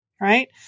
Right